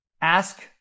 ask